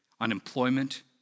unemployment